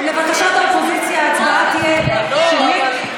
לבקשת האופוזיציה ההצבעה תהיה שמית.